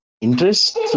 interest